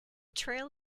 trail